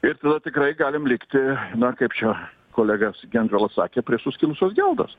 ir tada tikrai galim likti na kaip čia kolega gentvila sakė prie suskilusios geldos